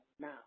now